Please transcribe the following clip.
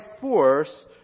force